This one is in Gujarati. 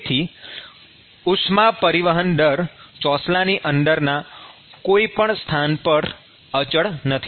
તેથી ઉષ્મા પરિવહન દર ચોસલાની અંદરના કોઈપણ સ્થાન પર અચળ નથી